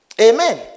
Amen